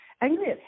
angry